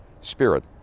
Spirit